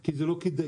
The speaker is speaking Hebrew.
כי זה לא כדאי,